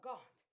God